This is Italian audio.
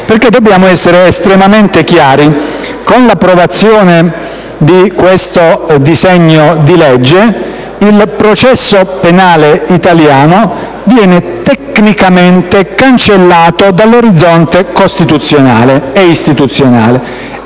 dobbiamo essere estremamente chiari: con l'approvazione di questo disegno di legge, il processo penale italiano viene tecnicamente cancellato dall'orizzonte costituzionale e istituzionale.